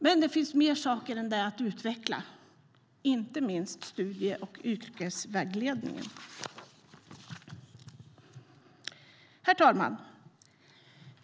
Men det finns fler saker att utveckla än det, inte minst studie och yrkesvägledningen. Herr talman!